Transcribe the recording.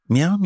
Meow